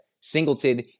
Singleton